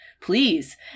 please